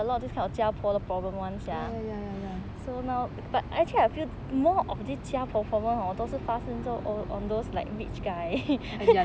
ya ya ya ya